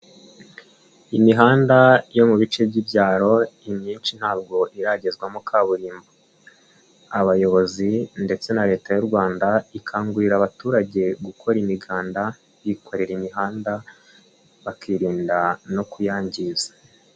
Imihanda yo mu bice by'ibyaro imyinshi ntabwo iragezwamo kaburimbo, abayobozi ndetse na Leta y'u Rwanda ikangurira abaturage gukora imiganda bikorera imihanda bakirinda no kuyangiza.